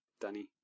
Danny